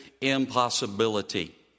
impossibility